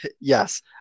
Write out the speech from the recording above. Yes